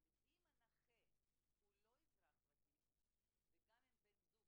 אבל אם הנכה הוא לא אזרח ותיק וגם אם בן/בת הזוג